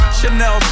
Chanel